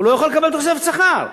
הוא לא יוכל לקבל תוספת שכר.